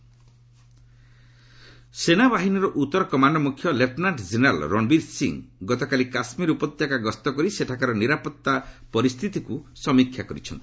army commander ସେନାବାହିନୀର ଉତ୍ତର command ମୁଖ୍ୟ ଲେଫୁନାଣ୍ଟ ଜେନେରାଲ୍ ରଣବୀର ସିଂ ଗତକାଲି କାଶ୍ମୀର ଉପତ୍ୟକା ଗସ୍ତ କରି ସେଠାକାର ନିରାପତ୍ତା ପରିସ୍ଥିତିକୁ ସମୀକ୍ଷା କରିଛନ୍ତି